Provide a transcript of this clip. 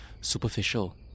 superficial